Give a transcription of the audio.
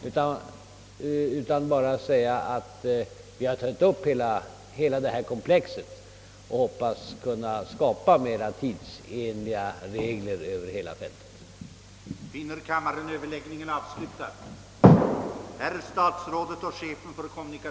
Jag har bara velat upplysa om att vi tagit upp hela detta komplex, och jag hoppas att vi skall kunna skapa mer tidsenliga regler över hela fältet.